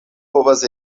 povas